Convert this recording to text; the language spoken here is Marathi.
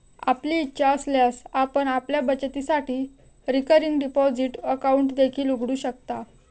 आपली इच्छा असल्यास आपण आपल्या बचतीसाठी रिकरिंग डिपॉझिट अकाउंट देखील उघडू शकता